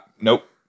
Nope